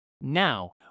Now